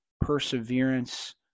perseverance